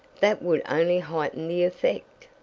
that would only heighten the effect.